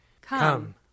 Come